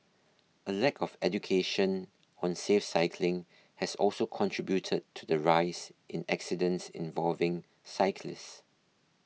a lack of education on safe cycling has also contributed to the rise in accidents involving cyclists